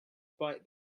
bite